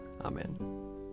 Amen